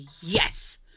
Yes